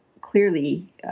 clearly